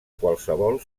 qualsevol